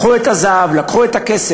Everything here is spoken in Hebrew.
לקחו את הזהב, לקחו את הכסף,